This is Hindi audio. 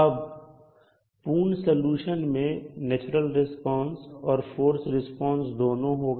अब पूर्ण सलूशन में नेचुरल रिस्पांस और फोर्स रिस्पांस दोनों होगा